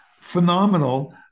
phenomenal